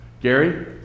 Gary